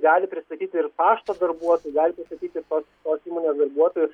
gali prisistatyti ir pašto darbuotoju gali prisistatyt ir tos tos įmonės darbuotoju